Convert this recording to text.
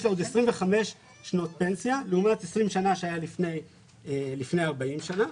יש לה עוד 25 שנות פנסיה לעומת 20 שנים שהיו לפני 40 שנים.